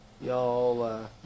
Y'all